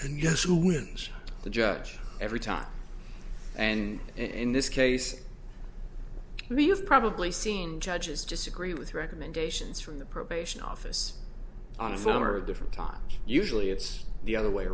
and guess who wins the judge every time and in this case we have probably seen judges disagree with recommendations from the probation office on a summer of different times usually it's the other way